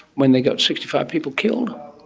when they got sixty five people killed?